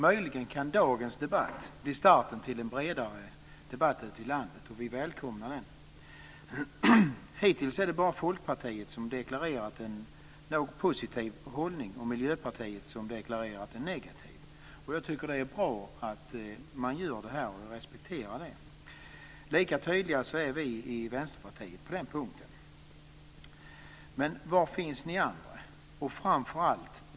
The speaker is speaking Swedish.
Möjligen kan dagens debatt bli starten till en bredare debatt i landet, och vi välkomnar den. Hittills är det bara Folkpartiet som har deklarerat en positiv hållning och Miljöpartiet som har deklarerat en negativ. Det är bra att man gör så, och jag respekterar det. Lika tydliga är vi i Vänsterpartiet på den punkten. Var finns ni andra?